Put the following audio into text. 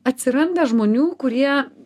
atsiranda žmonių kurie